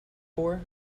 for